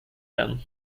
them